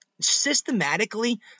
systematically